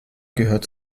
gehört